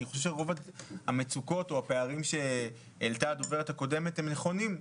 אני חושב שרוב המצוקות או הפערים שהדוברת הקודמת העלתה הם נכונים,